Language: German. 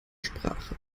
sprache